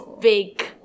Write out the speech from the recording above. big